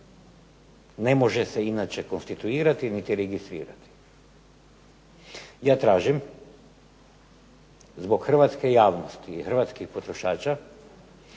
Ne može se inače konstituirati niti registrirati. Ja tražim zbog hrvatske javnosti i hrvatskih potrošača